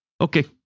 okay